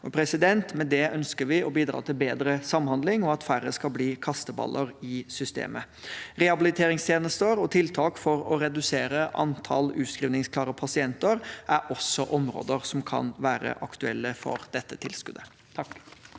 Med det ønsker vi å bidra til bedre samhandling og at færre skal bli kasteballer i systemet. Rehabiliteringstjenester og tiltak for å redusere antall utskrivningsklare pasienter er også områder som kan være aktuelle for dette tilskuddet.